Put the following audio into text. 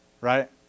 right